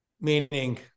Meaning